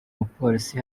mupolisi